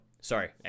sorry